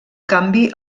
canvi